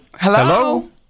Hello